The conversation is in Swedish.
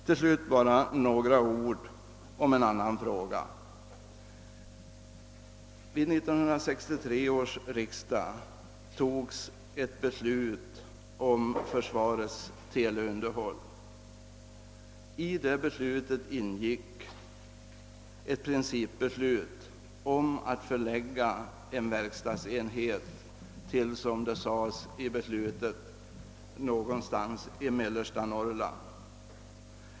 Till slut bara några ord om en annan fråga. Vid 1963 års riksdag fattades ett beslut beträffande försvarets teleunderhåll. Däri ingick ett principbeslut om att förlägga en verkstadsenhet till — som det hette mellersta Norrland.